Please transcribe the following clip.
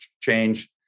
change